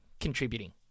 contributing